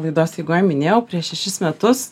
laidos eigoj minėjau prieš šešis metus